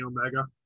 Omega